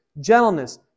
gentleness